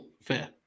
fair